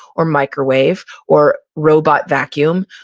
or microwave, or robot vacuum,